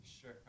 Sure